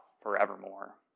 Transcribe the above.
forevermore